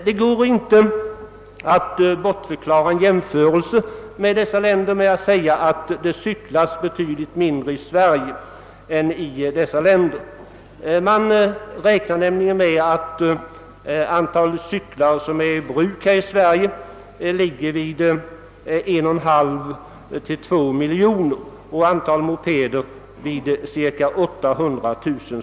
Det går inte att bortförklara en jämförelse med dessa länder med att det cyklas betydligt mindre i Sverige än där. Man räknar nämligen med att antalet cyklar i bruk i Sverige ligger vid 1,5—2 miljoner och antalet mopeder vid cirka 800 000.